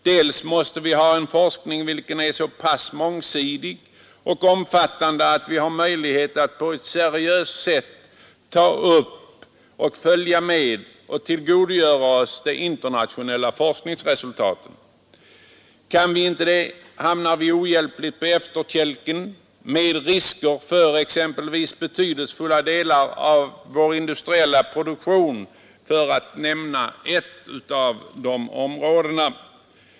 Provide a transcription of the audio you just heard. Vi måste också ha en forskning som är så pass mångsidig och omfattande att vi har möjlighet att på ett seriöst sätt ta upp, följa med i och tillgodogöra oss de internationella forskningsresultaten. Kan vi inte detta hamnar vi ohjälpligt på efterkälken med risker för exempelvis betydelsefulla delar av vår industriella produktion, för att nämna ett område.